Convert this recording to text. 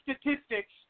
statistics